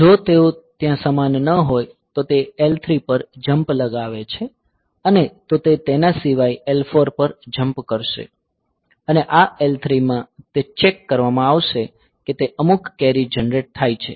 જો તેઓ ત્યાં સમાન ન હોય તો તે L3 પર જંપ લગાવે છે અને તો તે તેના સિવાય L4 પર જંપ કરશે અને આ L3 માં તે ચેક કરવામાં આવશે કે અમુક કેરી જનરેટ થાય છે